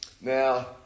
Now